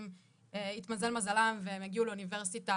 אם התמזל מזלם והם הגיעו לאוניברסיטה